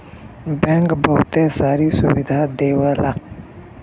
bank बहुते सारी सुविधा देवला